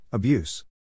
Abuse